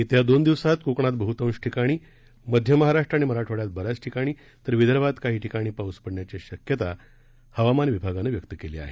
येत्या दोन दिवसात कोकणात बहतांश ठिकाणी मध्य महाराष्ट्र आणि मराठवाड्यात ब याच ठिकाणी तर विदर्भात काही ठिकाणी पाऊस पडण्याची शक्यता हवामान विभागानं वर्तवली आहे